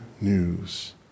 news